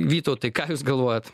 vytautai ką jūs galvojat